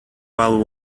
while